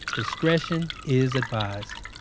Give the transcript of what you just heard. discretion is advised.